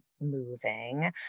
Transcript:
moving